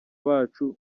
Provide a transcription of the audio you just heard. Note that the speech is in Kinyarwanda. bacu